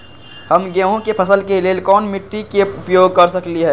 हम गेंहू के फसल के लेल कोन मिट्टी के उपयोग कर सकली ह?